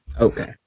Okay